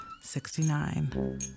Sixty-nine